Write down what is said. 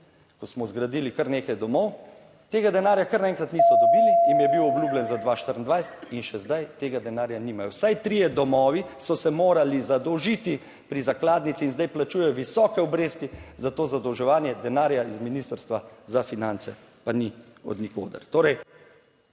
ko smo zgradili kar nekaj domov, tega denarja kar naenkrat niso dobili, jim je bil obljubljen za 2024 in še zdaj tega denarja nimajo. Vsaj trije domovi so se morali zadolžiti pri zakladnici in zdaj plačujejo visoke obresti za to zadolževanje, denarja iz ministrstva za finance pa ni od nikoder.